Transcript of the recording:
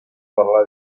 parlar